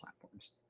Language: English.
platforms